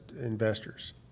investors